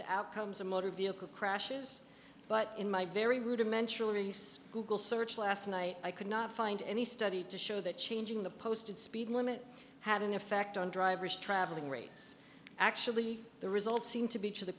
to outcomes of motor vehicle crashes but in my very rudimentary google search last night i could not find any study to show that changing the posted speed limit had an effect on drivers travelling rates actually the results seem to be to the